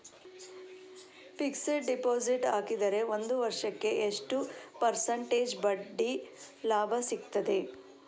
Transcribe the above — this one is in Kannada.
ಫಿಕ್ಸೆಡ್ ಡೆಪೋಸಿಟ್ ಹಾಕಿದರೆ ಒಂದು ವರ್ಷಕ್ಕೆ ಎಷ್ಟು ಪರ್ಸೆಂಟೇಜ್ ಬಡ್ಡಿ ಲಾಭ ಸಿಕ್ತದೆ?